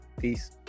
Peace